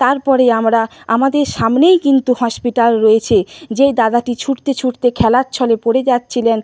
তারপরে আমরা আমাদের সামনেই কিন্তু হসপিটাল রয়েছে যেই দাদাটি ছুটতে ছুটতে খেলার ছলে পড়ে যাচ্ছিলেন